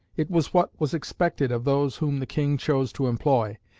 it was what was expected of those whom the king chose to employ,